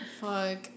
Fuck